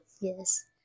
Yes